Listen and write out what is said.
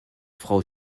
frau